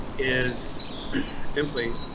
is simply.